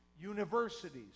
universities